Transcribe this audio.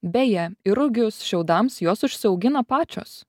beje ir rugius šiaudams juos užsiaugina pačios